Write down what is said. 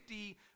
50